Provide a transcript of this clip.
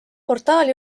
portaal